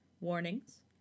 Warnings